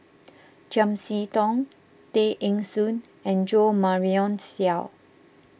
Chiam See Tong Tay Eng Soon and Jo Marion Seow